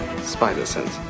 Spider-sense